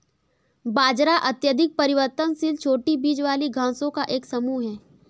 बाजरा अत्यधिक परिवर्तनशील छोटी बीज वाली घासों का एक समूह है